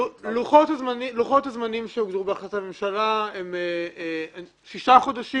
לוחות הזמנים שהוגדרו בהחלטת הממשלה הם שישה חודשים